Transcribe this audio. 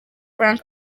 frank